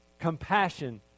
Compassion